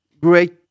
great